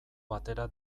batera